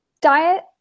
diet